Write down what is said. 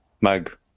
mug